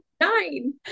Nine